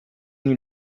new